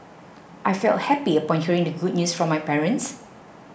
I felt happy upon hearing the good news from my parents